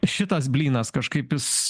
šitas blynas kažkaip jis